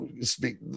speak